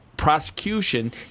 prosecution